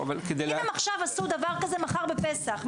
אם הם יעשו דבר כזה מחר בפסח,